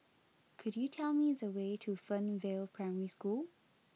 could you tell me the way to Fernvale Primary School